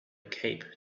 cape